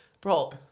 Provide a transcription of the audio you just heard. bro